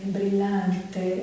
brillante